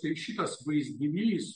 štai šitas vaizdinys